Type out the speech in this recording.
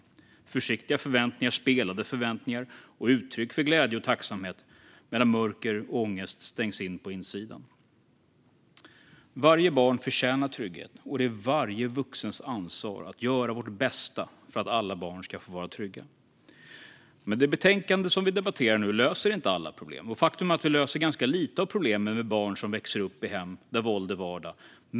Det är försiktiga förväntningar, spelade förväntningar och uttryck för glädje och tacksamhet, medan mörker och ångest stängs in på insidan. Varje barn förtjänar trygghet, och det är varje vuxens ansvar att göra vårt bästa för att alla barn ska få vara trygga. Med det betänkande som vi debatterar nu löser vi inte alla problem. Faktum är att vi löser ganska lite av problemen med barn som växer upp i hem där våld är vardag.